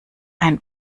ein